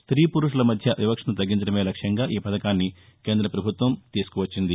see పురుషుల మధ్య విపక్షను తగ్గించడమే లక్ష్యంగా ఈపథకాన్ని కేంద్రపథుత్వం తీసుకువచ్చింది